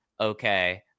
okay